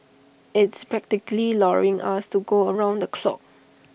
it's practically luring us to go around the clock